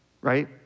right